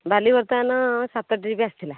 ବାଲି ବର୍ତ୍ତମାନ ସାତ ଟ୍ରିପ୍ ଆସିଥିଲା